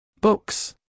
Books